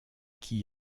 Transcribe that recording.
qui